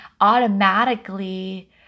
automatically